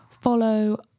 follow